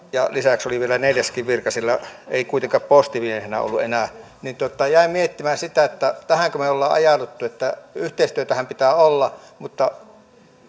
ja lisäksi oli vielä neljäskin virka sillä ei kuitenkaan postimiehenä ollut enää jäin miettimään sitä että tähänkö me olemme ajautuneet yhteistyötähän pitää olla mutta